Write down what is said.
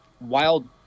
wild